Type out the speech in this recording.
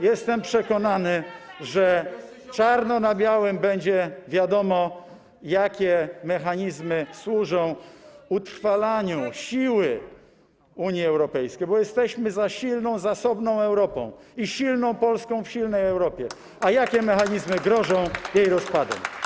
Jestem przekonany, że wtedy czarno na białym będzie widać, jakie mechanizmy służą utrwalaniu siły Unii Europejskiej - bo jesteśmy za silną, zasobną Europą i silną Polską w silnej Europie - a jakie mechanizmy grożą jej rozpadem.